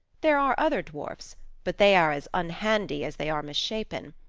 there are other dwarfs, but they are as unhandy as they are misshapen.